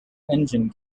engine